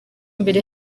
imbere